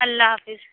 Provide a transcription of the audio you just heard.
اللہ حافظ